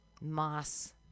Moss